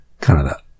Canada